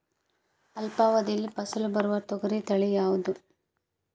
ಅಲ್ಪಾವಧಿಯಲ್ಲಿ ಫಸಲು ಬರುವ ತೊಗರಿ ತಳಿ ಯಾವುದುರಿ?